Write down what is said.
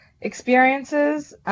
experiences